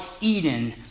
Eden